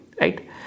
right